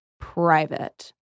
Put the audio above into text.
private